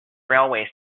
railway